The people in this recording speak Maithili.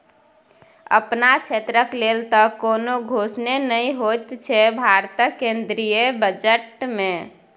अपन क्षेत्रक लेल तँ कोनो घोषणे नहि होएत छै भारतक केंद्रीय बजट मे